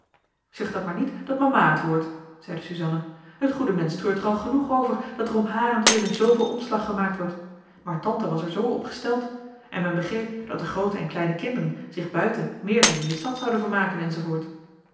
zeg dat maar niet dat mama het hoort zeide suzanna het goede mensch treurt er al genoeg over dat er om harentwille zooveel omslag gemaakt wordt maar tante was er zoo op gesteld en men begreep dat de groote en kleine kinderen zich buiten meer dan in de stad zouden vermaken